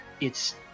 It's-